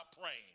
praying